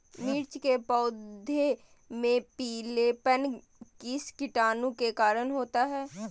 मिर्च के पौधे में पिलेपन किस कीटाणु के कारण होता है?